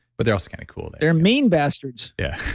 but they're also kind of cool. they're mean bastards. yeah,